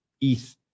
ETH